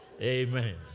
Amen